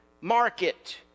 market